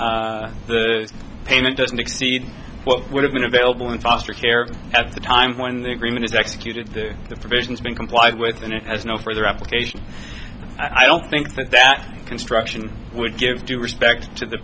the the payment doesn't exceed what would have been available in foster care at the time when the agreement is executed the provisions been complied with and it has no further application i don't think that that construction would give due respect to the